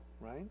right